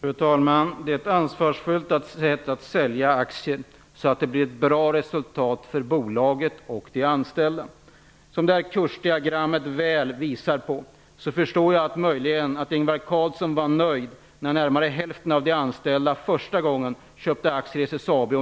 Fru talman! Det är ett ansvarsfullt sätt att sälja aktier så, att det blir ett bra resultat för bolaget och för de anställda. Som kursdiagrammet väl visar förstår jag att Ingvar Carlsson var nöjd när närmare hälften av de anställda första gången köpte aktier i kronor,